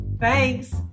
Thanks